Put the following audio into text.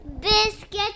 Biscuit